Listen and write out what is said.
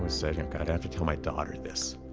said i'm gonna have to tell my daughter this.